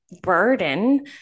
burden